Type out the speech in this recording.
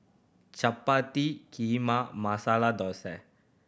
Chapati Kheema and Masala Dosa